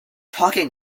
talking